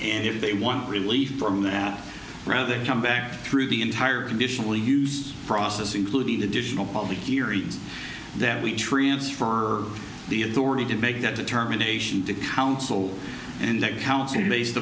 and if they want relief for their come back through the entire conditional use process including additional of the hearings that we transfer the authority to make that determination to counsel and that counts and based